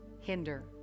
hinder